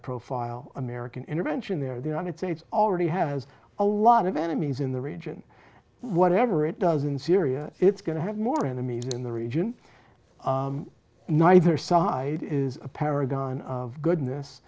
profile american intervention there the united states already has a lot of enemies in the region whatever it does in syria it's going to have more enemies in the region neither side is a paragon of goodness